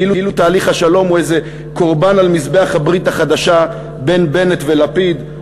כאילו תהליך השלום הוא איזה קורבן על מזבח הברית החדשה בין בנט ולפיד,